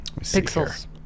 Pixels